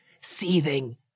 seething